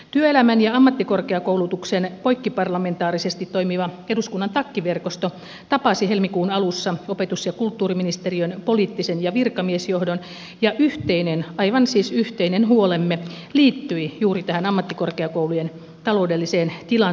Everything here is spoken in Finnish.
työelämän ja ammattikorkeakoulutuksen poikkiparlamentaarisesti toimiva eduskunnan takki verkosto tapasi helmikuun alussa opetus ja kulttuuriministeriön poliittisen ja virkamiesjohdon ja yhteinen aivan siis yhteinen huolemme liittyi juuri tähän ammattikorkeakoulujen taloudelliseen tilanteeseen